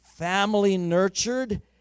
family-nurtured